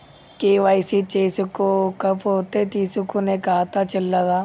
KYC చేసుకోకపోతే తీసుకునే ఖాతా చెల్లదా?